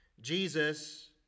Jesus